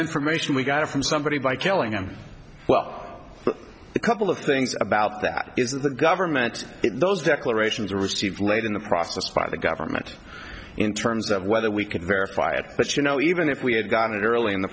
information we got from somebody by telling them well a couple of things about that is that the government those declarations are received late in the process by the government in terms of whether we could verify it but you know even if we had gotten it early in the